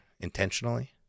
Intentionally